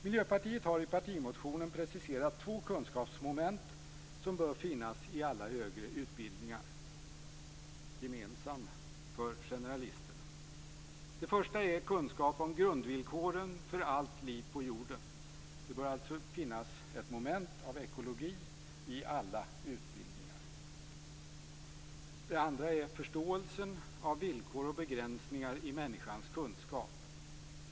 Miljöpartiet har i sin partimotion preciserat två kunskapsmoment som bör finnas i alla högre utbildningar, gemensam för generalisterna. Det första är kunskap om grundvillkoren för allt liv på jorden. Det bör alltså finnas ett moment av ekologi i alla utbildningar. Det andra är förståelsen av villkor och begränsningar i människans kunskap.